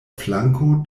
flanko